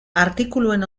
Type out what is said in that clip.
artikuluen